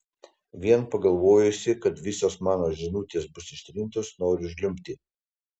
vien pagalvojusi kad visos mano žinutės bus ištrintos noriu žliumbti